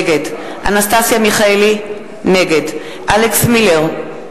נגד אנסטסיה מיכאלי, נגד אלכס מילר,